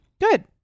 Good